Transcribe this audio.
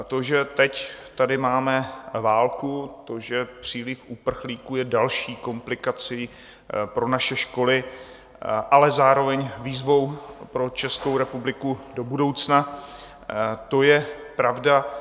To, že teď tady máme válku, to, že příliv uprchlíků je další komplikací pro naše školy, ale zároveň výzvou pro Českou republiku do budoucna, to je pravda.